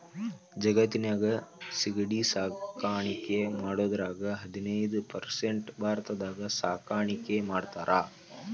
ಜಗತ್ತಿನ್ಯಾಗ ಸಿಗಡಿ ಸಾಕಾಣಿಕೆ ಮಾಡೋದ್ರಾಗ ಹದಿನೈದ್ ಪರ್ಸೆಂಟ್ ಭಾರತದಾಗ ಸಾಕಾಣಿಕೆ ಮಾಡ್ತಾರ